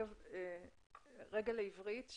רגע של עברית.